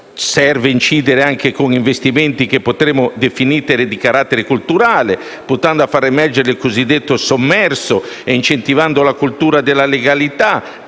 serve incidere anche con investimenti che potremmo definire di carattere culturale, puntando a far emergere il cosiddetto sommerso e incentivando la cultura della legalità